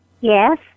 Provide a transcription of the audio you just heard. Yes